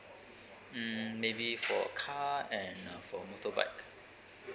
mm maybe for car and uh for motorbike